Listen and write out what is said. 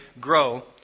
grow